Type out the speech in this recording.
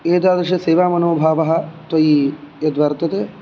एतादृशसेवामनोभावः त्वयि यद्वर्तते